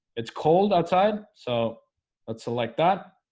it's cold outside. so let's select that